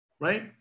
right